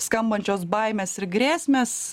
skambančios baimės ir grėsmės